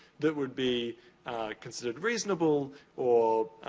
that would be considered reasonable or